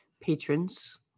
patrons